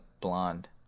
blonde